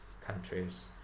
countries